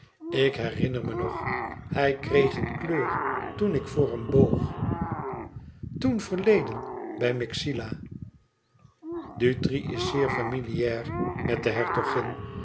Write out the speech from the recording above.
ik herinner me nog hij kreeg een kleur toen ik voor hem boog toen verleden bij yxila e ids aargang utri is zeer familiaar met de hertogin